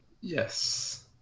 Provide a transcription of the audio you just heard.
Yes